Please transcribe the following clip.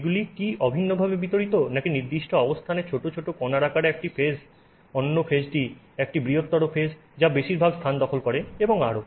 এগুলি কি অভিন্নভাবে বিতরিত নাকি নির্দিষ্ট অবস্থানে ছোট ছোট কণার আকারে একটি ফেজ অন্য ফেজটি একটি বৃহত্তর ফেজ যা বেশিরভাগ স্থান দখল করে এবং আরো